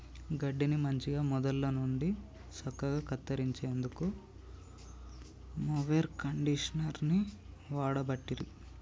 గడ్డిని మంచిగ మొదళ్ళ నుండి సక్కగా కత్తిరించేందుకు మొవెర్ కండీషనర్ని వాడబట్టిరి